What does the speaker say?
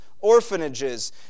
orphanages